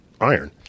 iron